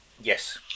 Yes